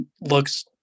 looks